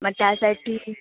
मग त्यासाठी